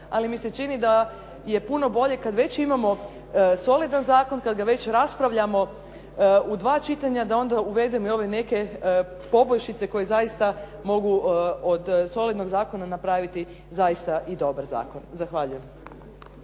Ali mi se čini da je puno bolje kad već imamo solidan zakon, kad ga već raspravljamo u dva čitanja da onda uvedemo i ove neke poboljšice koje zaista mogu od solidnog zakona napraviti zaista i dobar zakon. Zahvaljujem.